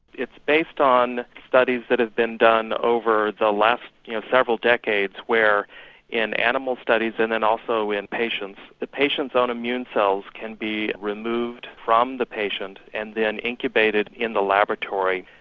it's based on studies that have been done over the last you know several decades where in animal studies and also in patients, the patient's own immune cells can be removed from the patient and then incubated in the laboratory,